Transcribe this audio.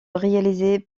réalisée